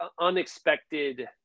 unexpected